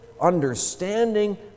understanding